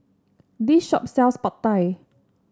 this shop sells Pad Thai